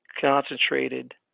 concentrated